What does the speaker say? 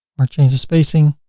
or change the spacing.